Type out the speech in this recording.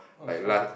what the fuck